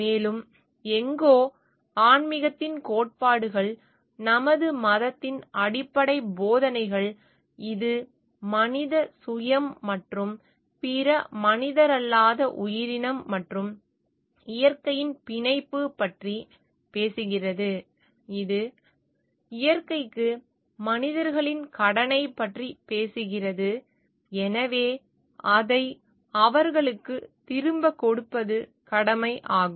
மேலும் எங்கோ ஆன்மீகத்தின் கோட்பாடுகள் நமது மதத்தின் அடிப்படை போதனைகள் இது மனித சுயம் மற்றும் பிற மனிதரல்லாத உயிரினம் மற்றும் இயற்கையின் இணைப்பு பற்றி பேசுகிறது இது இயற்கைக்கு மனிதர்களின் கடனைப் பற்றி பேசுகிறது எனவே அதை அவர்களுக்குத் திரும்பக் கொடுப்பது கடமை ஆகும்